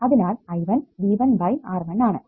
അതിനാൽ I11 V1 R11 ആണ്